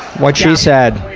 what she said.